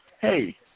Hey